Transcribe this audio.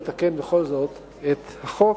לתקן בכל זאת את החוק.